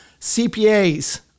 CPAs